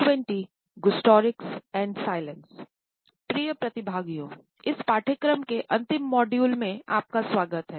प्रिय प्रतिभागियों इस पाठ्यक्रम के अंतिम मॉड्यूल में आपका स्वागत हैं